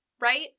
right